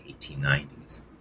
1890s